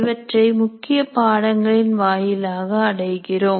இவற்றை முக்கிய பாடங்களின் வாயிலாக அடைகிறோம்